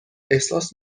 احساس